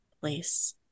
place